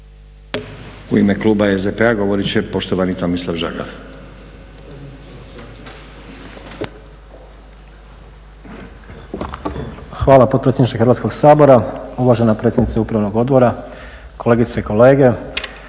U ime kluba SDP-a govorit će poštovani Tomislav Žagar. **Žagar, Tomislav (SDP)** Hvala potpredsjedniče Hrvatskog sabora. Uvažena predsjednice upravnog odbora, kolegice i kolege.